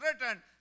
written